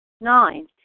Nine